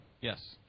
Yes